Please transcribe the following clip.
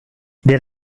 there